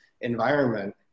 environment